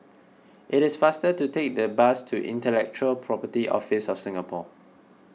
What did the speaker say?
it is faster to take the bus to Intellectual Property Office of Singapore